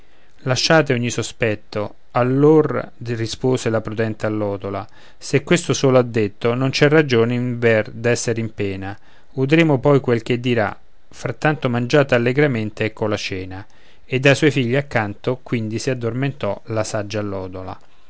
lasciate ogni sospetto a lor rispose la prudente allodola se questo solo ha detto non c'è ragione in ver d'essere in pena udremo poi quel che dirà frattanto mangiate allegramente ecco la cena ed a suoi figli accanto quindi si addormentò la saggia allodola